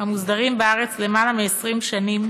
המוסדרים בארץ יותר מ-20 שנים,